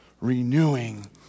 renewing